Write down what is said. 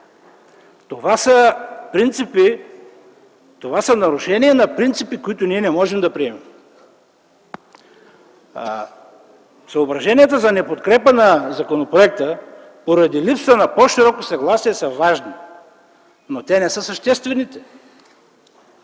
в процеса. Това са нарушения на принципи, които ние не можем да приемем. Съображенията за неподкрепа на законопроекта поради липса на по-широко съгласие са важни, но те не са съществени.